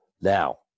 Now